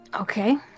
Okay